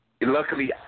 luckily